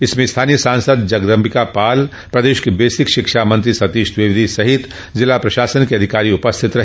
इसमें स्थानीय सांसद जगदम्बिका पाल प्रदेश के बेसिक शिक्षा मंत्री सतीश द्विवेदी समेत जिला प्रशासन के अधिकारी उपस्थित रहे